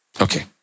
Okay